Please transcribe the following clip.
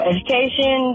Education